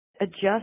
adjust